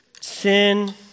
Sin